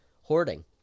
hoarding